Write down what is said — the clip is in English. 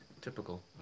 typical